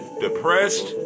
depressed